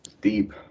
Deep